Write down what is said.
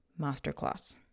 masterclass